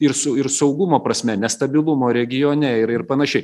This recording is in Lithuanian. ir su ir saugumo prasme nestabilumo regione ir ir panašiai